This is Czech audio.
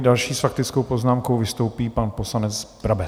Další s faktickou poznámkou vystoupí pan poslanec Brabec.